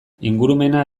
ingurumena